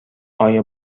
آیا